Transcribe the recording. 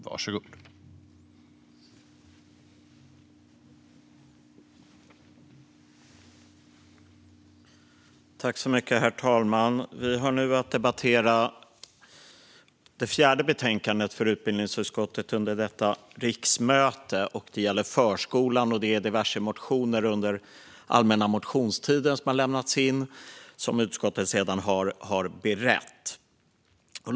Herr talman! Vi har nu att debattera det fjärde betänkandet för utbildningsutskottet under detta riksmöte. Det gäller förskolan och diverse motioner som lämnats in under den allmänna motionstiden och som utskottet sedan har berett. Herr talman!